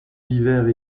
divers